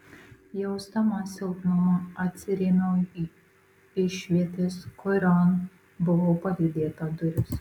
jausdama silpnumą atsirėmiau į išvietės kurion buvau palydėta duris